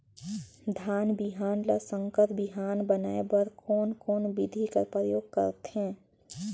धान बिहान ल संकर बिहान बनाय बर कोन कोन बिधी कर प्रयोग करथे?